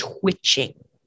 twitching